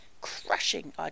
crushing